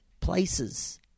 places